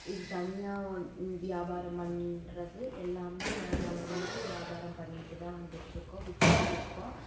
இது தனியாக வியாபாரம் பண்ணுறது எல்லாமே நாங்கள் வந்து வியாபாரம் பண்ணிகிட்டு தான் வந்துகிட்ருக்கோம் வித்துகிட்ருக்கோம்